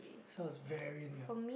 so it's very near